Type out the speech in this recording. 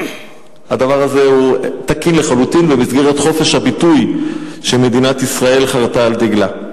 הדבר הזה תקין לחלוטין במסגרת חופש הביטוי שמדינת ישראל חרתה על דגלה.